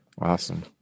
Awesome